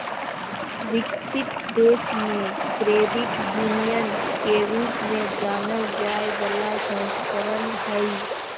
विकसित देश मे क्रेडिट यूनियन के रूप में जानल जाय बला संस्करण हइ